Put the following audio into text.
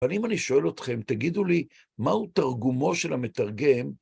אבל אם אני שואל אתכם, תגידו לי, מהו תרגומו של המתרגם?